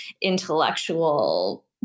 intellectual